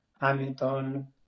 Hamilton